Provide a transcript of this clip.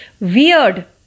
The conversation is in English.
weird